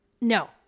no